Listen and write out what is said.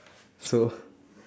so